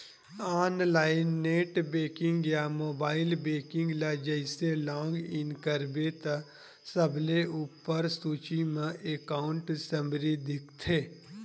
online net banking या mobile banking ल जइसे लॉग इन करबे त सबले उप्पर सूची म एकांउट समरी दिखथे